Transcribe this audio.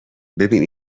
ببین